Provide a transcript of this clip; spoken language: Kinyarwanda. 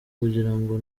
kugirango